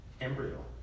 embryo